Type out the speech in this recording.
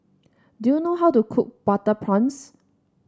do you know how to cook Butter Prawns